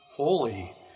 Holy